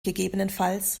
ggf